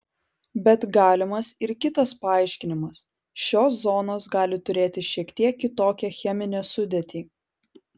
bet galimas ir kitas paaiškinimas šios zonos gali turėti šiek tiek kitokią cheminę sudėtį